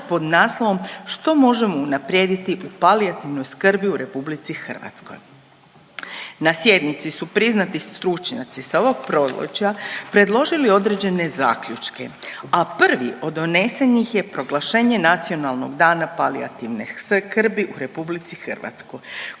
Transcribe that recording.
pod naslovom „Što možemo unaprijediti u palijativnoj skrbi u RH“. Na sjednici su priznati stručnjaci sa ovog područja predložili određene zaključke, a prvi od donesenih je proglašenje Nacionalnog dana palijativne skrbi u RH koji